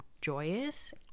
joyous